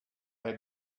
had